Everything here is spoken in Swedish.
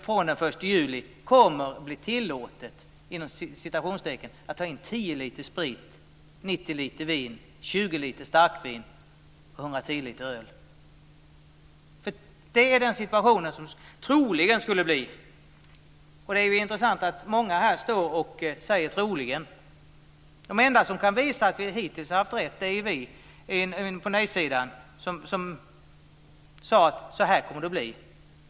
Från den 1 juli kommer det att bli "tillåtet" 110 liter öl. Det är den situation som troligen kommer att uppstå. Det är intressant att många här står och säger troligen. De enda som kan visa att man hittills har haft rätt är vi på nej-sidan som sade att det skulle bli så här.